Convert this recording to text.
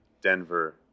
Denver